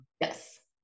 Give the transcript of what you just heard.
Yes